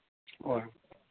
ꯍꯣꯏ